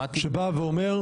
שאומר: